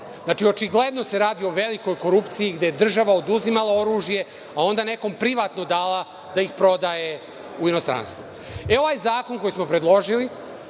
Znači, očigledno se radi o velikoj korupciji gde je država oduzimala oružja, a onda nekom privatno dala da ih prodaje u inostranstvu. Ovaj zakon koji smo predložili